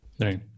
Right